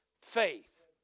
faith